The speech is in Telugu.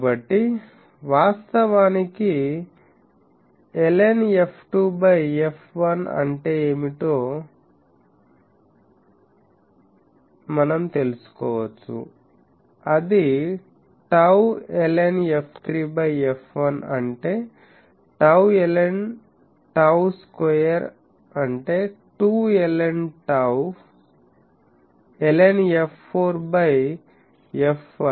కాబట్టి వాస్తవానికి ln f2 f1అంటే ఏమిటో మనం తెలుసుకోవచ్చు అది టౌln f3 బై f1 అంటే టౌ ln టౌ స్క్వేర్ అంటే 2 ln tau ln f4 by f1 అంటే 3 ln టౌ